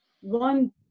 One